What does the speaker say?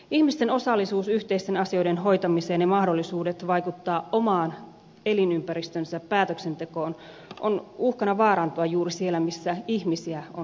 ihmisten osallistuminen yhteisten asioiden hoitamiseen ja mahdollisuudet vaikuttaa oman elinympäristönsä päätöksentekoon on uhkana vaarantua juuri siellä missä ihmisiä on eniten